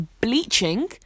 bleaching